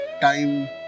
time